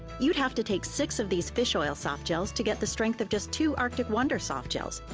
you'd have to take six of these fish oil soft gels to get the strength of just two arctic wonder soft gels.